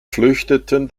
flüchteten